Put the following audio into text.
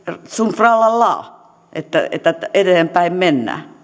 sunfrallallaa että eteenpäin mennään